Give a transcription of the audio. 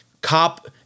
cop